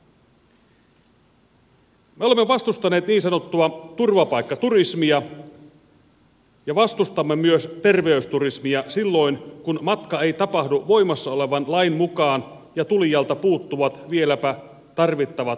me olemme vastustaneet niin sanottua turvapaikkaturismia ja vastustamme myös terveysturismia silloin kun matka ei tapahdu voimassa olevan lain mukaan ja tulijalta puuttuvat vieläpä tarvittavat matkustusasiakirjatkin